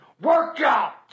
workout